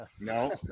no